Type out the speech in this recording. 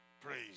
Praise